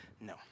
No